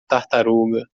tartaruga